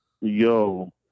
Yo